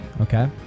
Okay